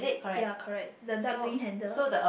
ya correct the dark green handle